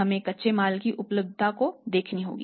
हमें कच्चे माल की उपलब्धता देखनी होगी